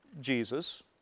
Jesus